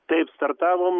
taip startavom